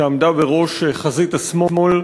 שעמדה בראש חזית השמאל,